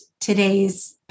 today's